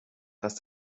dass